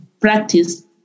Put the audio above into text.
practice